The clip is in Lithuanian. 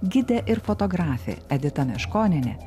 gidė ir fotografė edita meškonienė